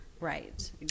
right